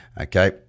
Okay